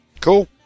Cool